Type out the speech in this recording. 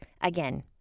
Again